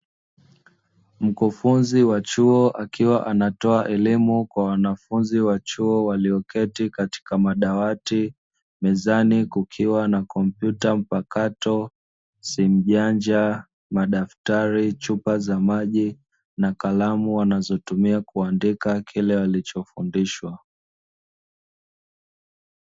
Mkufunzi wa chuo akiwa anatoa elimu kwa wanafunzi wa chuo walioketi katika madawati, mezani kukiwa na kompyuta mpakato simu janja na madaftari, chupa za maji na kalamu wanazotumia kuandika kile walichofundishwa.